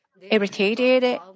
irritated